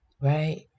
right